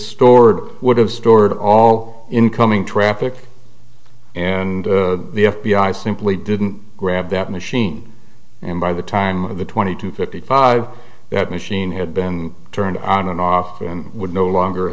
stored would have stored all incoming traffic and the f b i simply didn't grab that machine and by the time of the twenty two fifty five that machine had been turned on and off and would no longer